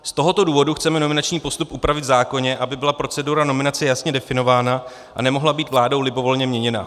Z tohoto důvodu chceme nominační postup upravit v zákoně, aby byla procedura nominace jasně definována a nemohla být vládou libovolně měněna.